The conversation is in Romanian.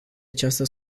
această